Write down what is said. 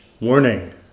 Warning